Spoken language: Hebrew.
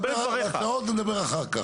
הצעות נדבר אחר כך.